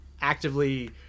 actively